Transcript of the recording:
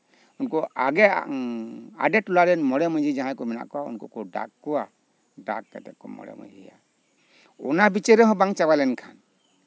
ᱩᱱᱠᱩ ᱟᱜᱮᱢ ᱟᱰᱮ ᱴᱚᱞᱟᱨᱮᱱ ᱢᱚᱬᱮ ᱢᱟᱺᱡᱷᱤ ᱡᱟᱦᱟᱸᱭ ᱠᱚ ᱢᱮᱱᱟᱜ ᱠᱚᱣᱟ ᱩᱱᱠᱩ ᱠᱚ ᱰᱟᱠ ᱠᱚᱣᱟ ᱰᱟᱠ ᱠᱟᱛᱮᱫ ᱠᱚ ᱠᱚ ᱢᱚᱬᱮ ᱢᱟᱺᱡᱷᱤᱭᱟ ᱚᱱᱟ ᱵᱤᱪᱟᱹᱨ ᱨᱮᱦᱚᱸ ᱵᱟᱝ ᱪᱟᱵᱟ ᱞᱮᱱᱠᱷᱟᱱ